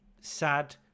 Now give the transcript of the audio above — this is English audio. sad